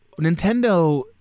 Nintendo